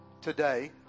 today